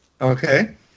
Okay